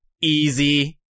easy